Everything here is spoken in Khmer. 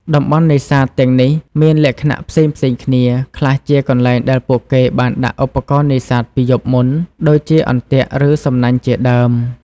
តំបន់នេសាទទាំងនេះមានលក្ខណៈផ្សេងៗគ្នា ខ្លះជាកន្លែងដែលពួកគេបានដាក់ឧបករណ៍នេសាទពីយប់មុន ដូចជាអន្ទាក់ឬសំណាញ់ជាដើម។